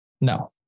No